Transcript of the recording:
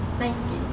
twenty